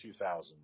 2000